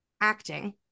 acting